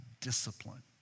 discipline